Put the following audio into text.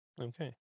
Okay